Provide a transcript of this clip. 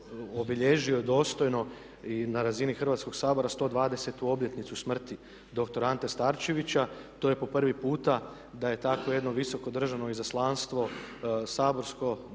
obilježio dostojno i na razini Hrvatskog sabora 120 obljetnicu smrti doktora Ante Starčevića. To je po prvi puta da je takvo jedno visoko državno izaslanstvo saborsko došlo